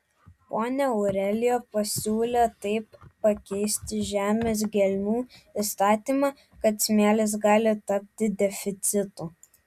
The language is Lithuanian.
ponia aurelija pasiūlė taip pakeisti žemės gelmių įstatymą kad smėlis gali tapti deficitu